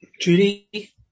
Judy